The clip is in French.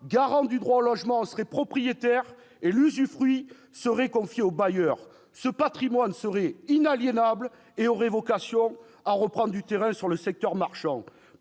garant du droit au logement, en serait propriétaire, et l'usufruit serait confié aux bailleurs. Ce patrimoine serait inaliénable et aurait vocation à reprendre du terrain sur le secteur marchand.